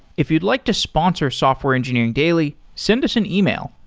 if you'd like to sponsor software engineering daily, send us an email,